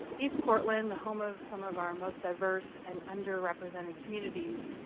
east portland, home of some of our most diverse and underrepresented communities,